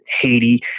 Haiti